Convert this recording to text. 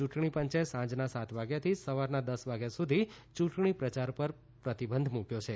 ચૂંટણી પંચે સાંજના સાત વાગ્યાથી સવારના દસ વાગ્યા સુધી ચૂંટણી પ્રચાર પર પ્રતિબંધ મૂક્વો છે